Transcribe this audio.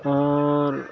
اور